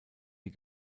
die